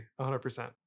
100%